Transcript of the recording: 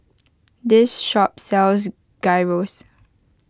this shop sells Gyros